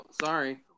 sorry